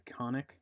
iconic